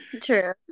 True